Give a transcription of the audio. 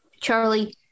Charlie